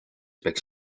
peaks